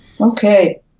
Okay